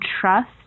trust